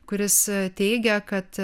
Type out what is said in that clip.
kuris teigia kad